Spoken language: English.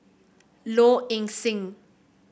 Low Ing Sing